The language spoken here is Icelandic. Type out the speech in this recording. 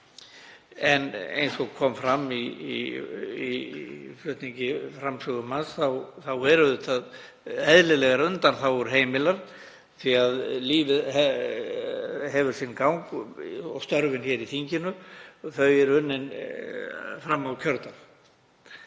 á. Eins og kom fram í flutningi framsögumanns þá eru auðvitað eðlilegar undanþágur heimilar því að lífið hefur sinn gang og störfin í þinginu eru unnin fram á kjördag.